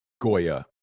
Goya